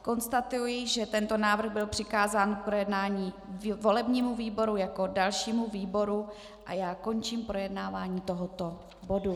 Konstatuji, že tento návrh byl přikázán k projednání volebnímu výboru jako dalšímu výboru, a končím projednávání tohoto bodu.